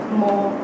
more